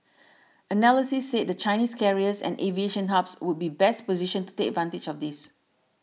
analysts said the Chinese carriers and aviation hubs would be best positioned to take advantage of this